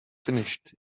finished